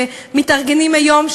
שמתארגנים היום,